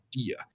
idea